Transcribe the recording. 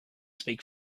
speak